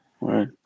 right